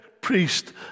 priest